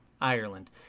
Ireland